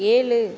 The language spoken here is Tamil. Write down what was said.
ஏழு